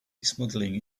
smuggling